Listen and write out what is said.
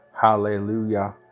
Hallelujah